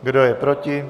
Kdo je proti?